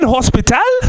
Hospital